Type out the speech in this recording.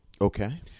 Okay